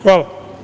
Hvala.